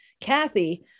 kathy